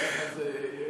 ככה זה יהיה,